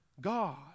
God